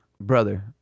brother